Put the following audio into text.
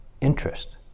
interest